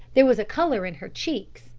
there was a colour in her cheeks,